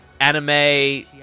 anime